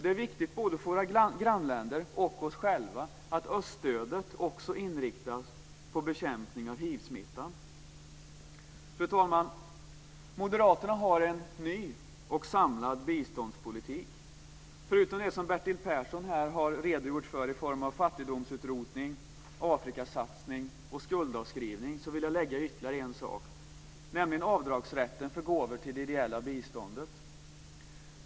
Det är viktigt både för våra grannländer och för oss själva att öststödet också inriktas på bekämpning av hiv-smitta. Fru talman! Moderaterna har en ny och samlad biståndspolitik. Förutom det som Bertil Persson har redogjort för i form av fattigdomstutrotning, Afrikasatsning och skuldavskrivning vill jag lägga till ytterligare en sak, nämligen avdragsrätt för gåvor till det ideella biståndet.